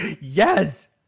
yes